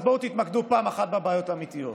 אז בואו תתמקדו פעם אחת בבעיות האמיתיות.